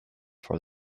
for